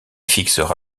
fixera